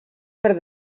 per